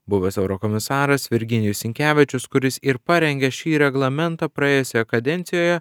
buvęs eurokomisaras virginijus sinkevičius kuris ir parengė šį reglamentą praėjusioje kadencijoje